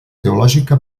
teològica